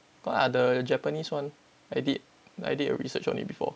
got ah the japanese [one] I did I did a research on it before